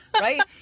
right